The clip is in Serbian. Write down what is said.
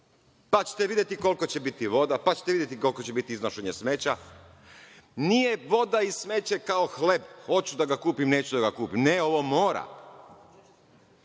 pa ćete videti koliko će biti voda, pa ćete videti koliko će biti iznošenje smeća itd. Nije voda i smeće kao hleb, hoću da ga kupim, neću da ga kupim. Ne, ovo mora.